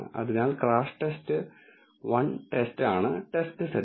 അതിനാൽ crashTest 1 TEST ആണ് test set